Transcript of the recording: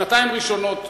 שנתיים ראשונות,